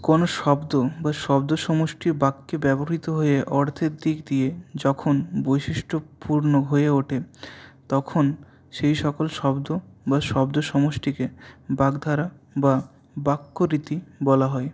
কোনো শব্দ বা শব্দসমষ্টি বাক্যে ব্যবহৃত হয়ে অর্থের দিক দিয়ে যখন বৈশিষ্ট্যপূর্ণ হয়ে ওঠে তখন সেই সকল শব্দ বা শব্দ সমষ্টিকে বাগধারা বা বাক্যরীতি বলা হয়